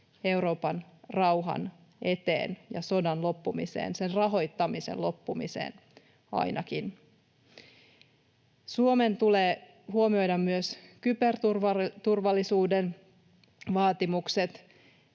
Euroopan rauhan eteen ja sodan loppumiseen, ja ainakin sen rahoittamisen loppumiseen. Suomen tulee huomioida myös kyberturvallisuuden vaatimukset.